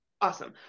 awesome